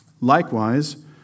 Likewise